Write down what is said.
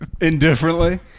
indifferently